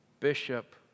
Bishop